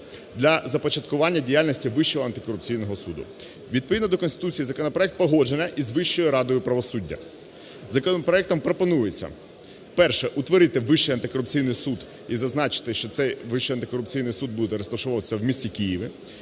для започаткування діяльності Вищого антикорупційного суду. Відповідно до Конституції законопроект погоджено із Вищою радою правосуддя. Законопроектом пропонується: Перше. Утворити Вищий антикорупційний суд і зазначити, що цей Вищий антикорупційний суд буде розташовуватися в місті Києві.